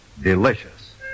delicious